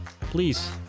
Please